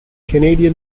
canadian